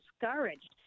discouraged